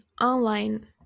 online